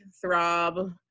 throb